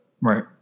Right